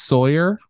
Sawyer